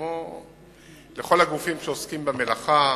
לכל הגופים שעוסקים במלאכה: